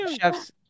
Chef's